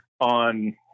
on